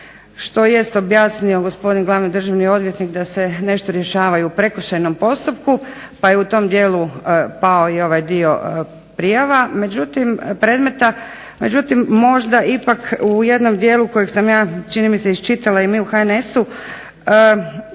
što jest objasnio glavni državni odvjetnik da se nešto rješava i u prekršajnom postupku pa je u tom dijelu pao i ovaj dio predmeta. Međutim možda ipak u jednom dijelu kojeg sam ja čini mi se iščitala i mi u HNS-u